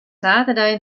saterdei